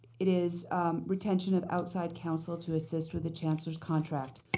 it is retention of outside counsel to assist with the chancellor's contract,